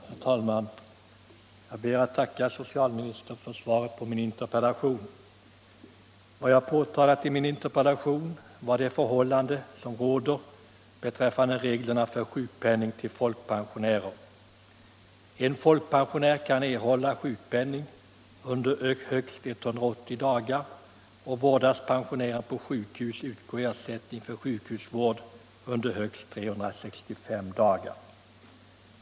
Nr 73 Herr talman! Jag ber att få tacka socialministern för svaret på min Torsdagen den interpellation. Vad jag påtalade i den var det förhållande som råder be — 26 februari 1976 träffande reglerna för sjukpenning till folkpensionärer. — nn En folkpensionär kan erhålla sjukpenning under högst 180 dagar, och Om ändrade villkor vårdas pensionären på sjukhus utgår ersättning för sjukhusvård under = för sjukförsäkring 365 dagar.